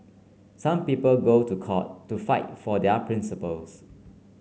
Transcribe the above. some people go to court to fight for their principles